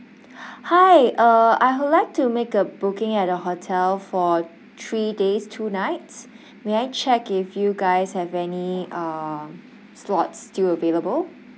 hi uh I would like to make a booking at the hotel for three days two nights may I check if you guys have any uh slots still available